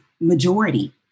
majority